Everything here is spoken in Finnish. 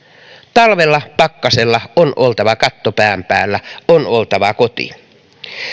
talvella pakkasella on oltava katto pään päällä on oltava koti